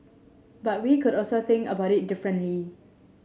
but we could also think about it differently